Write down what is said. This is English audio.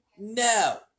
No